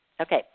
Okay